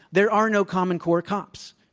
there are no common core cops.